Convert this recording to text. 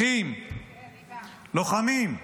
אחים, לוחמים.